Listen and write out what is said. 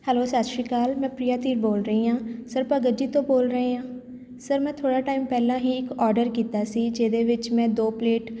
hello Sat Sri Akal ਮੈਂ ਪ੍ਰਿਯਾ ਧੀਰ ਬੋਲ ਰਹੀ ਹਾਂ ਸਰ ਭਗਤ ਜੀ ਤੋਂ ਬੋਲ ਰਹੇ ਹਾਂ ਸਰ ਮੈਂ ਥੋੜ੍ਹਾ ਟਾਈਮ ਪਹਿਲਾਂ ਹੀ ਇੱਕ ਔਡਰ ਕੀਤਾ ਸੀ ਜਿਹਦੇ ਵਿੱਚ ਮੈਂ ਦੋ ਪਲੇਟ